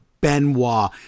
Benoit